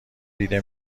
دیده